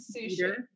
sushi